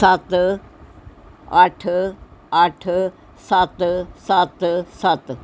ਸੱਤ ਅੱਠ ਅੱਠ ਸੱਤ ਸੱਤ ਸੱਤ